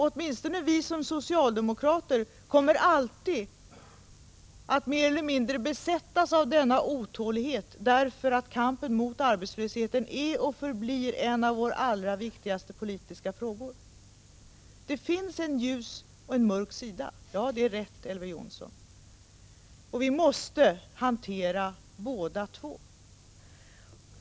Åtminstone vi socialdemokrater kommer alltid att mer eller mindre besättas av denna otålighet, därför att kampen mot arbetslösheten är och förblir en av våra allra viktigaste politiska frågor. Det finns en ljus och en mörk sida — det är rätt, Elver Jonsson. Vi måste hantera båda två.